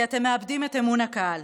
כי אתם מאבדים את אמון הקהל.